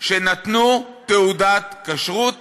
שנתנו תעודת כשרות